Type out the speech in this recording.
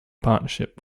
partnership